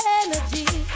energy